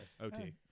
OT